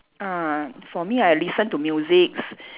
ah for me I listen to music